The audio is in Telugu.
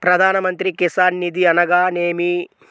ప్రధాన మంత్రి కిసాన్ నిధి అనగా నేమి?